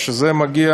שזה מגיע